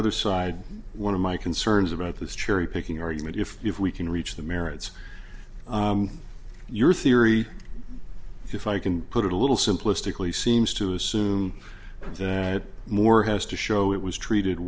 other side one of my concerns about this cherry picking argument if if we can reach the merits your theory if i can put it a little simplistically seems to assume that more has to show it was treated